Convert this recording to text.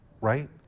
right